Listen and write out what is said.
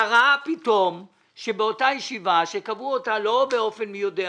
קרה פתאום שבאותה ישיבה שקבעו אותה לא באופן מי-יודע-מה,